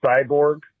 cyborg